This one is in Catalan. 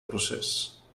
procés